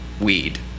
weed